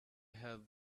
had